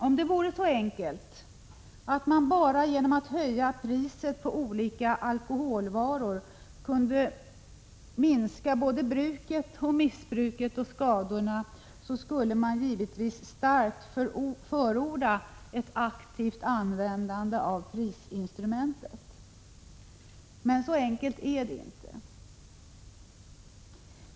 Om det vore så enkelt att man bara genom att höja priset på olika alkoholvaror kunde minska såväl bruket, missbruket som skadorna, skulle jag givetvis starkt förorda ett aktivt användande av prisinstrumentet. Men så enkelt är det inte.